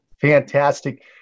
Fantastic